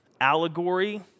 allegory